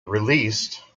released